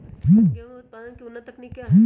गेंहू उत्पादन की उन्नत तकनीक क्या है?